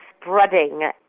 spreading